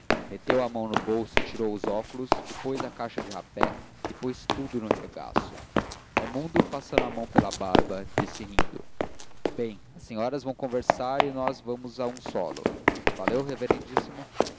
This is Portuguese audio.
meteu a mão no bolso e tirou os óculos depois a caixa de rapé e pôs tudo no regaço raimundo passeando a mão pela barba disse rindo bem as senhoras vão conversar e nós vamos a um solo valeu reverendíssimo